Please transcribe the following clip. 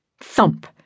thump